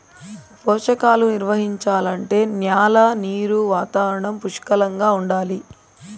పోషకాలు నిర్వహించాలంటే న్యాల నీరు వాతావరణం పుష్కలంగా ఉండాలి